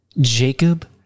Jacob